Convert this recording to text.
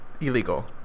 illegal